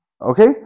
Okay